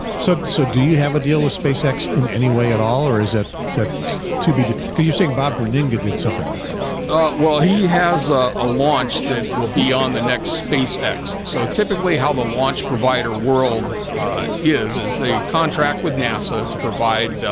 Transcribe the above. so so do you have a deal with spacex in any way at all or is it said to be who you're saying bob? bern inga did something with them well he has a launch that will be on the next spacex so so typically how the launch provider world is as the contract with nasa to provide?